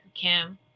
kim